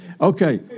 Okay